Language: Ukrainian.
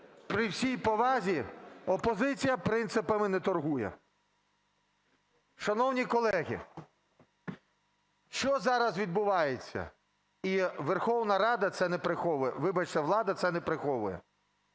при всій повазі, опозиція принципами не торгує. Шановні колеги, що зараз відбувається, і Верховна Рада це не приховує, вибачте, влада це не приховує,